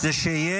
שיש